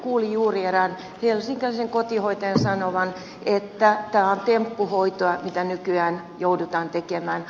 kuulin juuri erään helsinkiläisen kotihoitajan sanovan että tämä on temppuhoitoa mitä nykyään joudutaan tekemään